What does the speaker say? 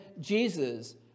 Jesus